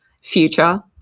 future